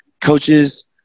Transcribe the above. Coaches